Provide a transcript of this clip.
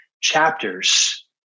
chapters